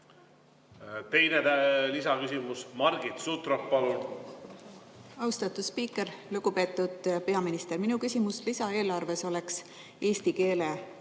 Teine lisaküsimus. Margit Sutrop, palun! Austatud spiiker! Lugupeetud peaminister! Minu küsimus lisaeelarve teemal oleks eesti keele õpetamise